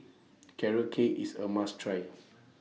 Carrot Cake IS A must Try